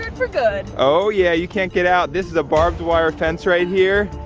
for good. oh yeah, you can't get out. this is a barbed wire fence right here,